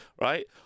right